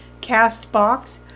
CastBox